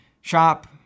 shop